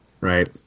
Right